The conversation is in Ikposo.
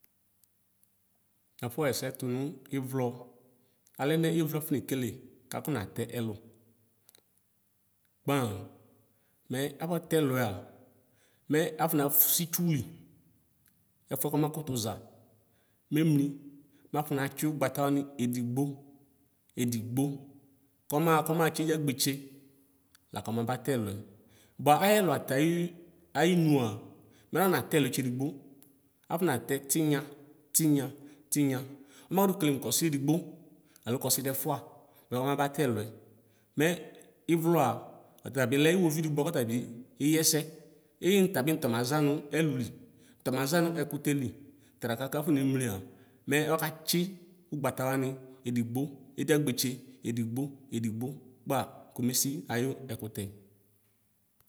Nafɔxɛsɛ tʋnʋ ivlɔ alɛnɛ ivlo afɔnekele kafɔ natɛ ɛlʋ gbaa mɛ afɔtɛ ɛlʋa mɛ afɔna fʋsʋ itsuz mɛ ɛfʋɛ kɔmakutuza memli mafɔ natsi ugbawani edigbo edigbo edigbo kɔmaxa kɔmatsi iyagbetse lakɔ mabatɛ ɛlʋɛ bʋa ayɛlʋ atɛ ayi ayinʋa mɛ ananatɛ ɛlʋɛ tsedigbo afɔnatɛ tinya tinya tinya mɛ amakʋtʋ kele mʋ kɔsida edigbo alo kɔsidɛfʋa mɛ ɔmabutɛlʋɛ mɛ ivlɔa ɔtabilɛ iwoviʋ di bʋakʋ ɔta bi eyi ɛsɛ eyi nʋ tabi tɔmaza nʋ ɛluli nʋ tɔmaza nʋ ɛkʋtɛli fraka fɔne mlia mɛ ɔkatsi ʋgbatawini edigbo ediyagbetse edigbo edigbo kpaa kɔmesi ayʋ ɛkʋtɛ.